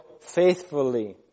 faithfully